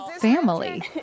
family